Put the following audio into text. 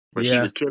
Yes